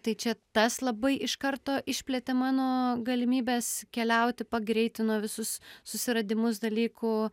tai čia tas labai iškarto išplėtė mano galimybes keliauti pagreitino visus susiradimus dalykų